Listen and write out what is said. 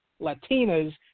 Latinas